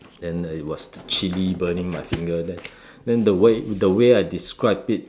then it was chili burning my finger then then the way the way I describe it